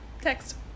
Text